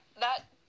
That-